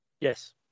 Yes